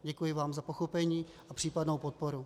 Děkuji vám za pochopení a případnou podporu.